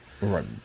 Right